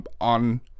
on